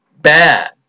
bad